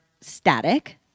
static